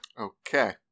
Okay